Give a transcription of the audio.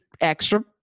extra